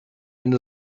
and